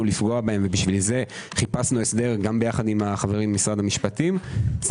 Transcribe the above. לפגוע בהם ולכן חיפשנו הסדר גם עם החברים ממשרד המשפטים זה